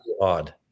Odd